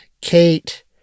Kate